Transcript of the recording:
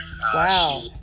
Wow